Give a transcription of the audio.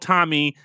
Tommy